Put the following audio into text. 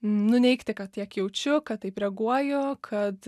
nuneigti kad tiek jaučiu kad taip reaguoju kad